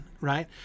Right